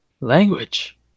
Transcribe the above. language